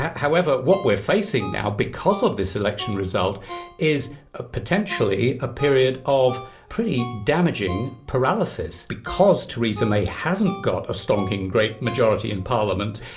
however, what we're facing now because of this election result is ah potentially a period of pretty damaging paralysis, because theresa may hasn't got a stonking great majority in parliament.